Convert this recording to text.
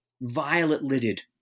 violet-lidded